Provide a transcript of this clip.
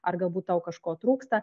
ar galbūt tau kažko trūksta